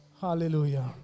Hallelujah